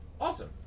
Awesome